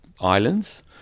islands